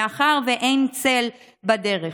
מאחר שאין צל בדרך.